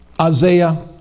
Isaiah